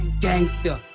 gangster